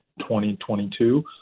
2022